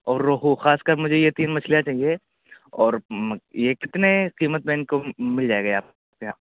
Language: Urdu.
اور روہو خاص کر مجھے یہ تین مچھلیاں چاہیے اور یہ کتنے قیمت میں ان کو مل جائے گا آپ کے یہاں